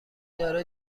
داره